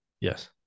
Yes